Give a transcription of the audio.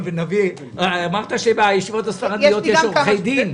אמרת שבישיבות הספרדיות יש עורכי דין.